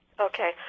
Okay